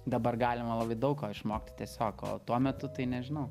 dabar galima labai daug ko išmokti tiesiog o tuo metu tai nežinau